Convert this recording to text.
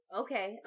okay